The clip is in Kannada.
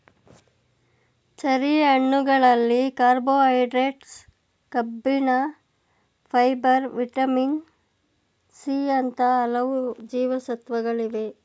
ಚೆರಿ ಹಣ್ಣುಗಳಲ್ಲಿ ಕಾರ್ಬೋಹೈಡ್ರೇಟ್ಸ್, ಕಬ್ಬಿಣ, ಫೈಬರ್, ವಿಟಮಿನ್ ಸಿ ಅಂತ ಹಲವು ಜೀವಸತ್ವಗಳಿವೆ